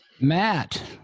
Matt